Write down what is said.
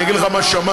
אני אגיד לך מה שמעתי.